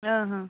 ہاں ہاں